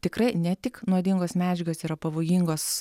tikrai ne tik nuodingos medžiagos yra pavojingos